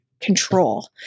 control